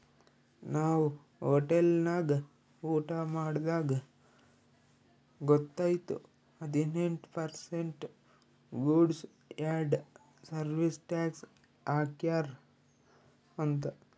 ನಾವ್ ಹೋಟೆಲ್ ನಾಗ್ ಊಟಾ ಮಾಡ್ದಾಗ್ ಗೊತೈಯ್ತು ಹದಿನೆಂಟ್ percent goods and service tax ಹಾಕ್ಯಾರ್ ಅಂತ್